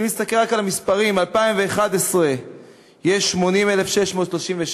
ואם נסתכל רק על המספרים, ב-2011 יש 80,636,